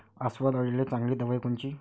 अस्वल अळीले चांगली दवाई कोनची?